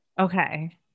Okay